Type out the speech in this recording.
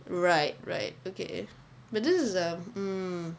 right right okay but this is uh mm